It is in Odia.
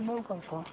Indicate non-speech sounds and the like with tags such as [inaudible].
[unintelligible]